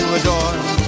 adore